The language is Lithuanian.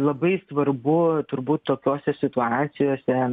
labai svarbu turbūt tokiose situacijose